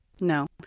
No